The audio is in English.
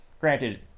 granted